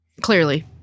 Clearly